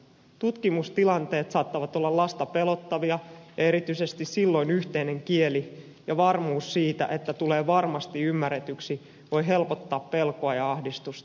tutkimustilanteet saattavat olla lasta pelottavia ja erityisesti silloin yhteinen kieli ja varmuus siitä että tulee varmasti ymmärretyksi voi helpottaa pelkoa ja ahdistusta